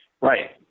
Right